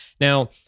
Now